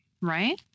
Right